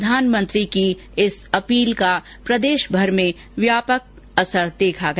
प्रधानमंत्री की इस अपील का भी प्रदेशभर में व्यापक असर देखा गया